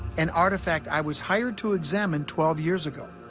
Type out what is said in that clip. an artifact i was hired to examine twelve years ago.